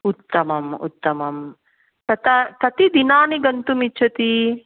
उत्तमम् उत्तमं कत कति दिनानि गन्तुम् इच्छति